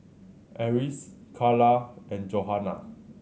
Eris Carla and Johannah